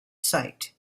sight